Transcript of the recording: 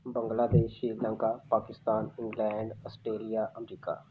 Bangladesh Sri Lanka Pakistan England Australia America